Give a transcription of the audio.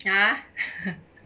!huh!